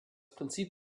prinzip